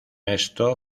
esto